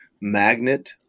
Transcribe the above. magnet